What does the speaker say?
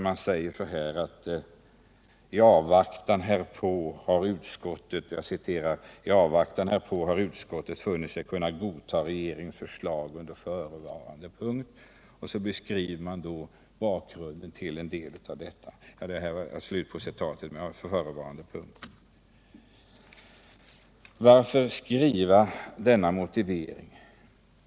Man säger: ”I avvaktan härpå har utskottet funnit sig kunna godta regeringens förslag under förevarande punkt.” Så har man tagit upp en del av bakgrunden till detta. Men varför skriva denna motivering?